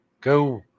Go